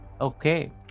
okay